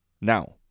Now